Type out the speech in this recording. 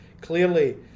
clearly